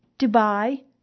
Dubai